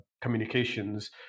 communications